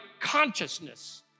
consciousness